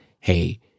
Hey